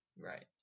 Right